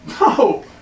no